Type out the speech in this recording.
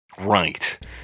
Right